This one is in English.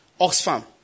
Oxfam